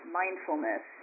mindfulness